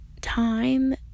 time